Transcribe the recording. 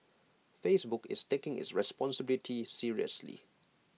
Facebook is taking its responsibility seriously